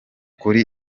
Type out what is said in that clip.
kuri